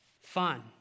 fun